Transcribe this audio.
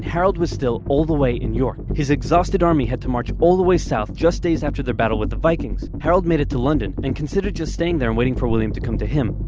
harold was still all the way in york. his exhausted army had to march all the way south, just days after their battle with the vikings. harold made it to london, and considered just staying there and waiting for william to come to him.